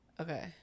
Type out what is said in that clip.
Okay